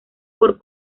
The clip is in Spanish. por